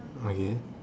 okay